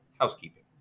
housekeeping